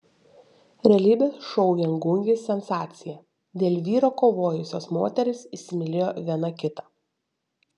realybės šou viengungis sensacija dėl vyro kovojusios moterys įsimylėjo viena kitą